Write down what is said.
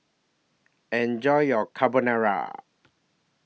Enjoy your Carbonara